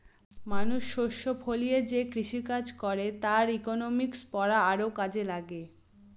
মানুষ শস্য ফলিয়ে যে কৃষিকাজ করে তার ইকনমিক্স পড়া আরও কাজে লাগে